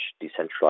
decentralized